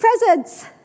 Presents